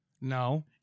No